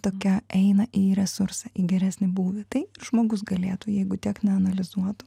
tokia eina į resursą į geresnį būvį žmogus galėtų jeigu tiek neanalizuotų